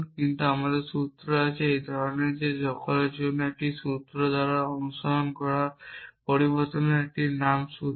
কিন্তু আমরা সূত্র আছে এই ধরনের যে সকলের জন্য একটি সূত্র দ্বারা অনুসরণ করা পরিবর্তনশীল নাম একটি সূত্র